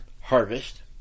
harvest